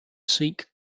seek